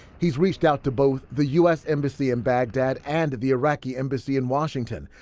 he's reached out to both the u s. embassy in baghdad and the iraqi embassy in washington.